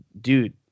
Dude